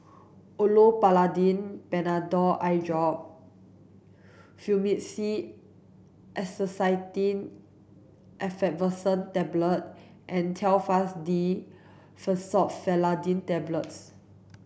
Olopatadine Patanol Eyedrop Fluimucil Acetylcysteine Effervescent Tablets and Telfast D Fexofenadine Tablets